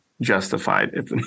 justified